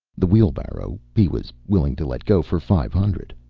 the wheelbarrow he was willing to let go for five hundred.